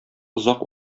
озак